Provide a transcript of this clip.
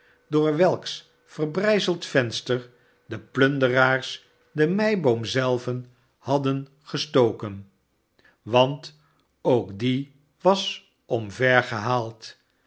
door welks verbrijzeld venster de plunderaars den meiboom zelven hadden gestoken want ook die was omvergehaald